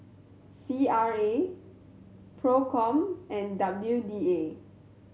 C R A Procom and W D A